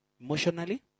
Emotionally